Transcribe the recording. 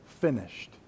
finished